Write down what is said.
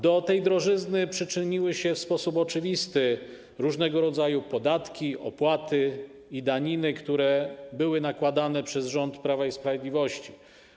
Do tej drożyzny przyczyniły się w sposób oczywisty różnego rodzaju podatki, opłaty i daniny, które były nakładane przez rząd Prawa i Sprawiedliwości.